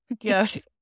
Yes